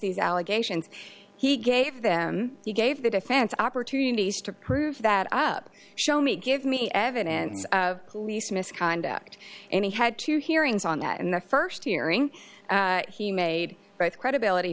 these allegations he gave them he gave the defense opportunities to prove that up show me give me evidence of police misconduct and he had two hearings on that and the st hearing he made credibility